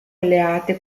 alleate